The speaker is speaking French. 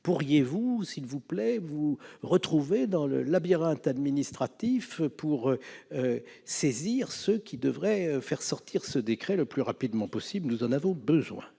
Pourriez-vous, s'il vous plaît, vous retrouver dans le labyrinthe administratif pour saisir ceux qui devraient prendre ce décret le plus rapidement possible ? Nous en avons besoin